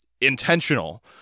intentional